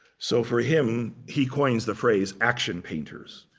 so for him, he coined the phrase action painters,